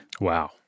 Wow